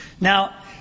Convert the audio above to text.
Now